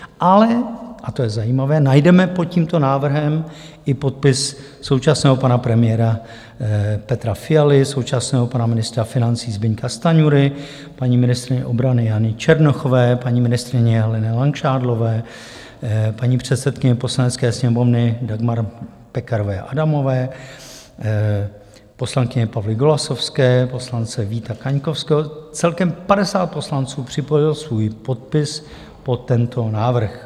Ale, a to je zajímavé, najdeme pod tímto návrhem i podpis současného pana premiéra Petra Fialy, současného pana ministra financí Zbyňka Stanjury, paní ministryně obrany Jany Černochové, paní ministryně Heleny Langšádlové, paní předsedkyně Poslanecké sněmovny Dagmar Pekarové Adamové, poslankyně Pavly Golasowské, poslance Víta Kaňkovského celkem 50 poslanců připojilo svůj podpis pod tento návrh.